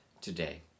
today